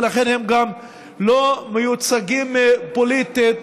ולכן הם גם לא מיוצגים פוליטית,